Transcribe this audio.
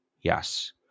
Yes